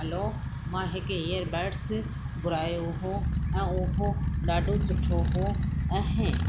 हलो मां हिकु ईयरबड्स घुरायो हो ऐं उहो ॾाढो सुठो हो ऐं